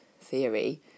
theory